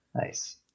nice